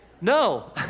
No